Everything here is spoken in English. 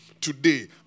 today